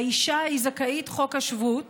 האישה היא זכאית חוק השבות